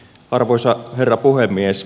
arvoisa herra puhemies